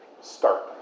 start